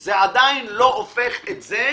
זה עדיין לא הופך את זה